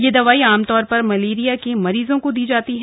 यह दवाई आमतौर पर मलेरिया के मरीजों को दी जाती है